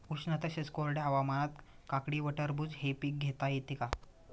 उष्ण तसेच कोरड्या हवामानात काकडी व टरबूज हे पीक घेता येते का?